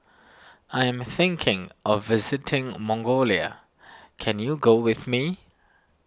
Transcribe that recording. I am thinking of visiting Mongolia can you go with me